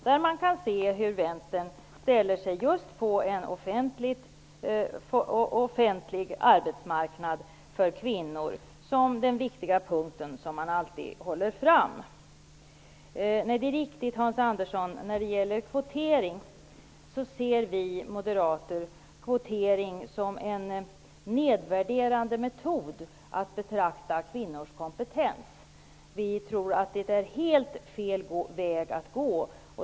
Där kan man se hur Vänstern som vanligt håller fram just en offentlig arbetsmarknad för kvinnor som den viktiga punkten. Vi moderater ser kvotering som en nedvärderande metod att betrakta kvinnors kompetens. Vi tror att det är helt fel väg att gå.